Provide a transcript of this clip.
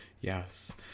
yes